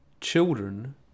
children